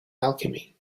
alchemy